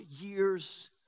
years